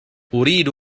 أريد